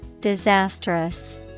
Disastrous